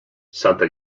santa